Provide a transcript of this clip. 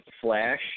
Flash